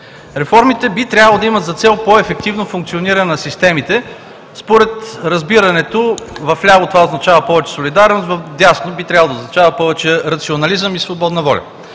Реформите би трябвало да имат за цел по-ефективно функциониране на системите според разбирането: вляво това означава повече солидарност, вдясно би трябвало да означава повече рационализъм и свободна воля.